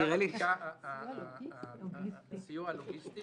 נראה לי --- הסיוע הלוגיסטי,